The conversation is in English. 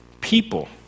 people